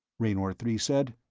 raynor three said.